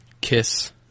Kiss